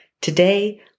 Today